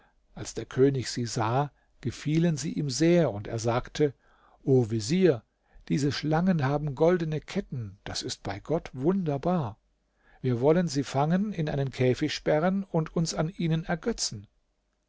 als der könig sie sah gefielen sie ihm sehr und er sagte o vezier diese schlangen haben goldene ketten das ist bei gott wunderbar wir wollen sie fangen in einen käfig sperren und uns an ihnen ergötzen